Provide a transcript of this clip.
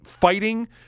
fighting